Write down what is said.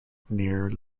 near